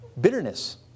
bitterness